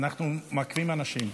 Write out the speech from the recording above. אנחנו מעכבים אנשים.